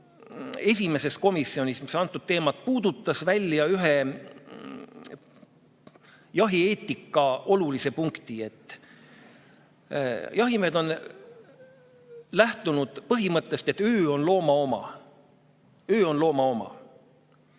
esimesel komisjoni istungil, kus antud teemat puudutati, ühe jahieetika olulise punkti: jahimehed on lähtunud põhimõttest, et öö on looma oma. Öö on looma oma.